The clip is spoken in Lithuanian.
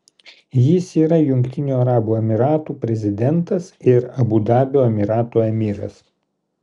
jis yra jungtinių arabų emyratų prezidentas ir abu dabio emyrato emyras